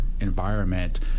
environment